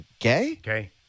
Okay